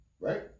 Right